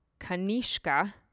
Kanishka